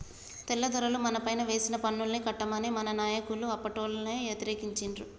తెల్లదొరలు మనపైన వేసిన పన్నుల్ని కట్టమని మన నాయకులు అప్పట్లోనే యతిరేకించిండ్రు